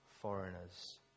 foreigners